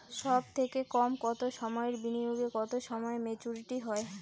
সবথেকে কম কতো সময়ের বিনিয়োগে কতো সময়ে মেচুরিটি হয়?